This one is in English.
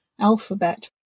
alphabet